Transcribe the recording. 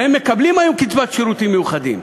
הרי מקבלים היום קצבת שירותים מיוחדים.